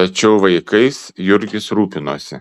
tačiau vaikais jurgis rūpinosi